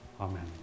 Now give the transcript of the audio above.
Amen